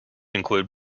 include